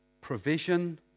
provision